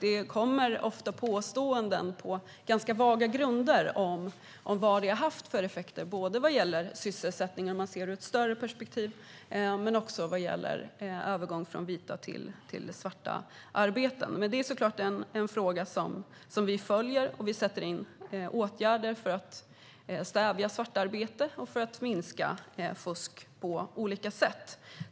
Det kommer ofta påståenden på ganska vaga grunder om vad det har haft för effekter på sysselsättningen och övergången från vita till svarta arbeten. Det är en fråga som vi följer. Vi sätter in åtgärder för att stävja svartarbete och minska fusk på olika sätt.